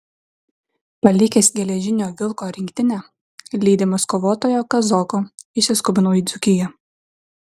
palikęs geležinio vilko rinktinę lydimas kovotojo kazoko išsiskubinau į dzūkiją